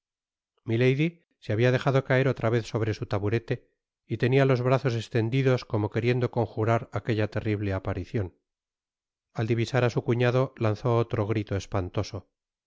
se habia dejado caer otra vez sobre su taburete y tenia los brazos estendidos como queriendo conjurar aquella terrible aparicion al divisar a su cuñado lanzó otro grito espantoso a